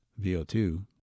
VO2